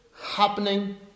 happening